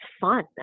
fun